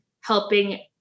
helping